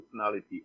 personality